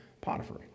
Potiphar